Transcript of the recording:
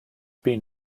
been